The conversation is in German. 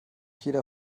jeder